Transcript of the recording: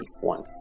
one